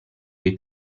dei